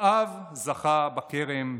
אחאב זכה בכרם.